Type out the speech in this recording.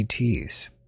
ETs